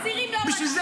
אסירים לא בדקתי.